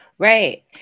Right